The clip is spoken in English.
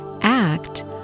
act